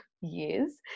years